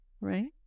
right